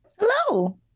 hello